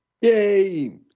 Yay